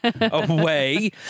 away